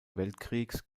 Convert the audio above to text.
weltkriegs